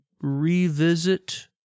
revisit